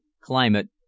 climate